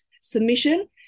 submission